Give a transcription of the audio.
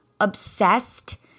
obsessed